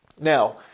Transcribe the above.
Now